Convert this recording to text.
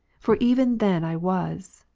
for even then i was,